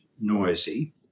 noisy